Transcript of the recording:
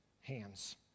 hands